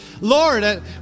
Lord